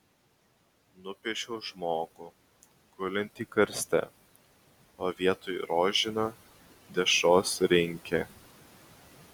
nupiešiau žmogų gulintį karste o vietoj rožinio dešros rinkė